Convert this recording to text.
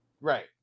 Right